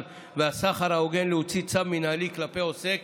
והסחר ההוגן להוציא צו מינהלי כלפי עוסק